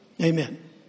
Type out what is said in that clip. Amen